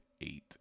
eight